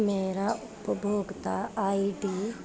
ਮੇਰਾ ਉਪਭੋਗਤਾ ਆਈਡੀ